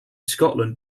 scotland